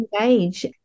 engage